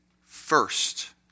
first